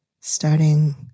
Starting